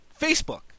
Facebook